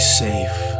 safe